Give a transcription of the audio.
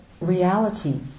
reality